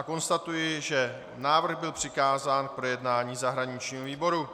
Konstatuji, že návrh byl přikázán k projednání zahraničnímu výboru.